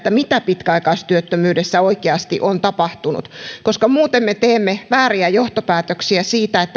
mitä pitkäaikaistyöttömyydessä oikeasti on tapahtunut koska muuten me teemme vääriä johtopäätöksiä siitä